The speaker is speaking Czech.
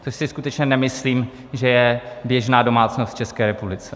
To si skutečně nemyslím, že je běžná domácnost v České republice.